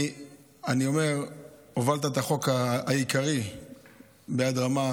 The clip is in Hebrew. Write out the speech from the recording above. אני אומר: הובלת את החוק העיקרי ביד רמה,